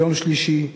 ביום שלישי,